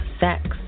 sex